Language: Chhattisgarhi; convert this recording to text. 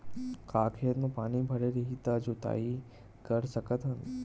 का खेत म पानी भरे रही त जोताई कर सकत हन?